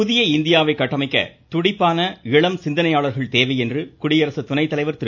புதிய இந்தியாவை கட்டமைக்க துடிப்பான இளம் சிந்தனையாளர்கள் தேவை என குடியரசு துணைத்தலைவர் திரு